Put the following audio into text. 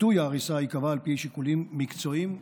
עיתוי ההריסה ייקבע על פי שיקולים מקצועיים ומבצעיים.